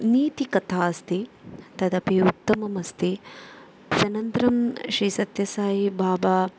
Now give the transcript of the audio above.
नीतिकथास्ति तदपि उत्तममस्ति अनन्तरं श्रीसत्यसाईबाबा